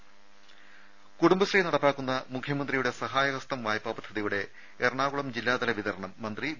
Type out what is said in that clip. രുമ കുടുംബശ്രീ നടപ്പാക്കുന്ന മുഖ്യമന്ത്രിയുടെ സഹായഹസ്തം വായ്പാ പദ്ധതിയുടെ എറണാകുളം ജില്ലാതല വിതരണം മന്ത്രി വി